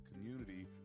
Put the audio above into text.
community